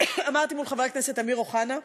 עמדתי מול חבר הכנסת אמיר אוחנה,